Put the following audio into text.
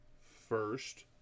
first